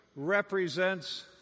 represents